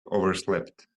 overslept